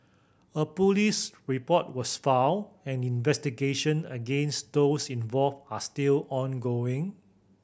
a police report was filed and investigation against those involved are still ongoing